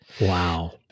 Wow